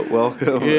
welcome